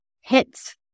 hits